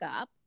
up